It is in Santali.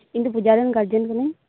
ᱤᱧ ᱫᱚ ᱯᱩᱡᱟ ᱨᱮᱱ ᱜᱟᱨᱡᱮᱱ ᱠᱟᱹᱱᱟᱹᱧ